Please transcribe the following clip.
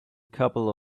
couple